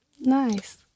Nice